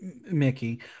Mickey